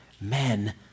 Men